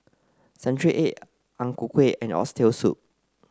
Century Egg Ang Ku Kueh and oxtail soup